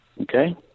Okay